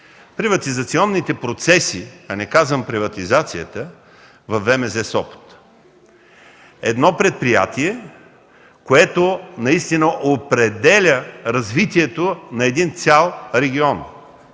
приватизационните процеси, не казвам приватизацията, във ВМЗ – Сопот. Едно предприятие, което наистина определя развитието на един цял регион,